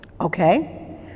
Okay